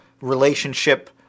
relationship